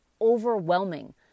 overwhelming